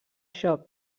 xoc